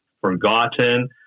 forgotten